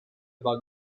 bug